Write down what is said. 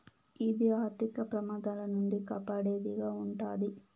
ఇది ఆర్థిక ప్రమాదాల నుండి కాపాడేది గా ఉంటది